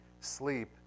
sleep